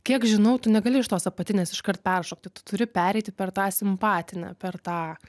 kiek žinau tu negali iš tos apatinės iškart peršokti tu turi pereiti per tą simpatinę per tą